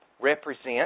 represent